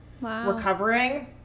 recovering